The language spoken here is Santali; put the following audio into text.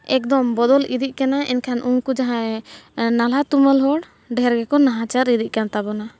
ᱮᱠᱫᱚᱢ ᱵᱚᱫᱚᱞ ᱤᱫᱤᱜ ᱠᱟᱱᱟ ᱮᱱᱠᱷᱟᱱ ᱩᱱᱠᱩ ᱡᱟᱦᱟᱸᱭ ᱱᱟᱞᱦᱟᱼᱛᱩᱢᱟᱹᱞ ᱦᱚᱲ ᱰᱷᱮᱨᱜᱮᱠᱚ ᱱᱟᱦᱟᱪᱟᱨ ᱤᱫᱤᱜ ᱠᱟᱱ ᱛᱟᱵᱚᱱᱟ